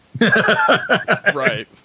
right